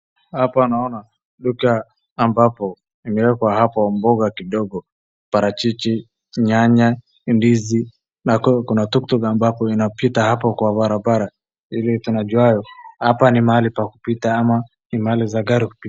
Hapa naona duka ambapo imewekwa hapo mboga kidogo, parachichi, nyanya, ndizi na hapo kuna tuktuk ambapo inapita hapo kwa barabara. Vile tunajua hapa ni mahali pa kupita ama ni mahali za gari kupita.